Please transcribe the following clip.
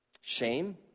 shame